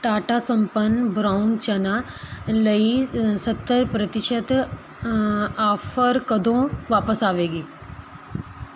Tata Sampann brown ਚਨਾ ਲਈ ਸੱਤਰ ਪ੍ਰਤੀਸ਼ਤ ਆਫਰ ਕਦੋਂ ਵਾਪਸ ਆਵੇਗੀ